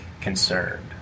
concerned